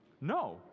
No